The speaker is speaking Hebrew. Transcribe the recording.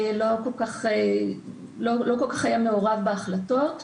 לא כל כך היה מעורב בהחלטות.